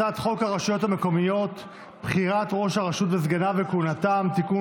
הצעת חוק הרשויות המקומיות (בחירת ראש הרשות וסגניו וכהונתם) (תיקון,